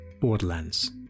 Borderlands